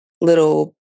little